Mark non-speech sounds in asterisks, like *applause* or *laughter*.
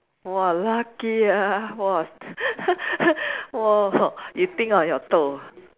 !wah! lucky ah !wah! *laughs* !whoa! you think on your toe